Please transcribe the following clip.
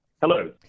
Hello